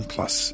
Plus